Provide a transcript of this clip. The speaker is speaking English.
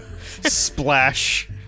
Splash